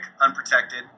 Unprotected